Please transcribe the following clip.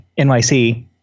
NYC